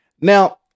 Now